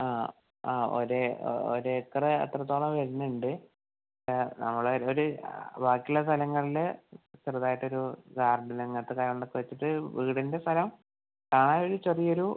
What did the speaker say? ആ ആ ഒരേ ഒരേക്കറ് അത്രത്തോളം വരുന്നുണ്ട് ഇപ്പം നമ്മള് ഒര് ബാക്കി ഉള്ള സ്ഥലങ്ങളില് ചെറുതായിട്ട് ഒരു ഗാർഡൻ അങ്ങനത്തെ കാര്യങ്ങളൊക്കെ വെച്ചിട്ട് വീടിൻ്റെ സ്ഥലം കാണാൻ ഒര് ചെറിയ ഒരു